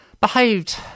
behaved